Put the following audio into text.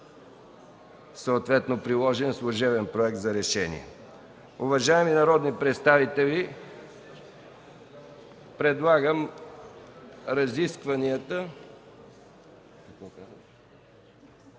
Съответно приложен служебен Проект за решение. Уважаеми народни представители, откривам разискванията.